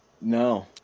No